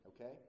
Okay